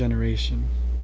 generation i